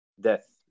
death